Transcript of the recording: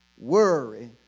Worry